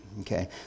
Okay